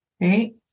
Right